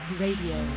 radio